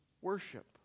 worship